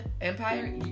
empire